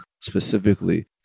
specifically